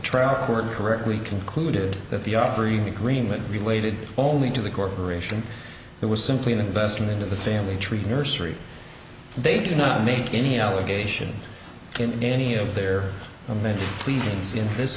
trial court correctly concluded that the offering agreement related only to the corporation that was simply an investment into the family tree nursery they did not make any allegation in any of their amended pleasance in this